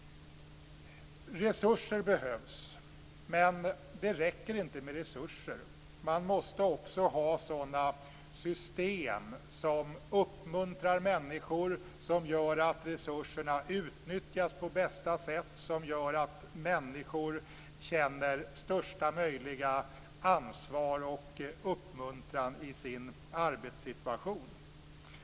Resurser behövs, men det räcker inte med resurser. Man måste också ha sådana system som uppmuntrar människor, som gör att resurserna utnyttjas på bästa sätt, som gör att människor känner största möjliga ansvar och uppmuntran i sin arbetssituation.